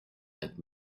that